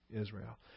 Israel